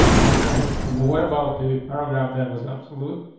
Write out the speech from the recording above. okay, what about the paragraph? that was absolute.